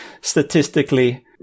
statistically